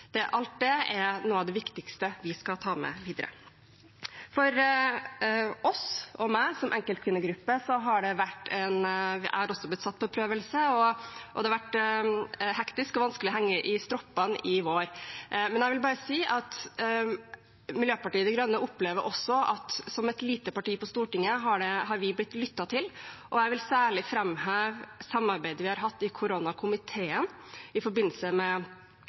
det gjelder oss og meg som enkeltkvinnegruppe, har også jeg blitt satt på prøve, og det har vært hektisk og vanskelig å henge i stroppene i vår. Men jeg vil bare si at Miljøpartiet De Grønne opplever at som et lite parti på Stortinget har vi blitt lyttet til. Jeg vil særlig framheve samarbeidet vi har hatt i koronakomiteen i forbindelse med